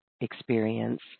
experience